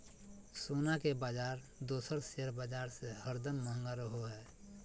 सोना के बाजार दोसर शेयर बाजार से हरदम महंगा रहो हय